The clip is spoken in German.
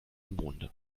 monde